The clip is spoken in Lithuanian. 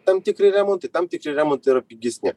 tam tikri remontai tam tikri remontai yra pigesni